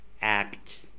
act